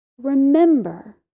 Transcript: remember